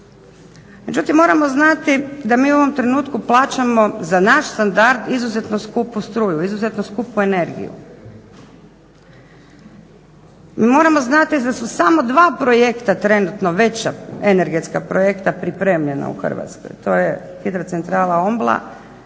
Međutim, moramo znati da mi u ovom trenutku plaćamo za naš standard izuzetno skupu struju, izuzetno skupu energiju. Mi moramo znati da su samo dva projekta veća, energetska projekta pripremljena u Hrvatskoj. To je hidrocentrala Ombla